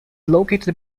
located